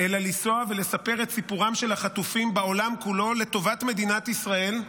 אלא לנסוע ולספר את סיפורם של החטופים בעולם כולו לטובת מדינת ישראל,